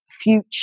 future